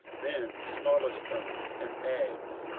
then smaller stones and eggs,